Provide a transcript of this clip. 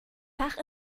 fach